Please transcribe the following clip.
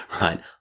right